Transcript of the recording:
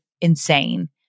insane